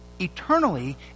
eternally